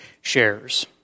shares